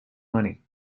money